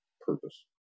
purpose